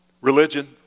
Religion